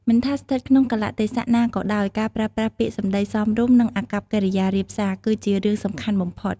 មិនថាស្ថិតក្នុងកាលៈទេសៈណាក៏ដោយ ការប្រើប្រាស់ពាក្យសម្ដីសមរម្យ និងអាកប្បកិរិយារាបសារ គឺជារឿងសំខាន់បំផុត។